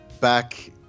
back